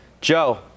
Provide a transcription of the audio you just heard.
Joe